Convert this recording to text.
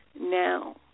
now